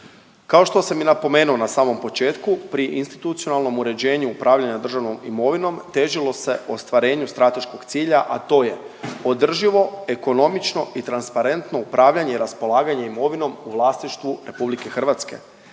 Kao što sam i napomenuo na samom početku, pri institucionalnom uređenju upravljanja državnom imovinom težilo se ostvarenju strateškog cilja a to je održivo, ekonomično i transparentno upravljanje i raspolaganje imovinom u vlasništvu Republike Hrvatske